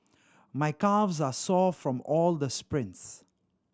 my calves are sore from all the sprints